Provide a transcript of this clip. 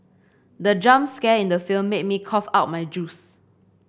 the jump scare in the film made me cough out my juice